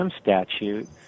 Statute